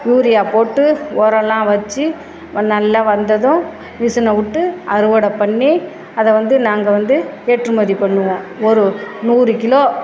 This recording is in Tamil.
யூரியா போட்டு உரம்லாம் வச்சி நல்லா வந்ததும் மிஷினை விட்டு அறுவடை பண்ணி அதை வந்து நாங்கள் வந்து ஏற்றுமதி பண்ணுவோம் ஒரு நூறு கிலோ